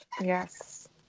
Yes